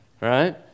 right